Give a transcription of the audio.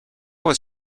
was